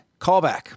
callback